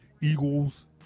Eagles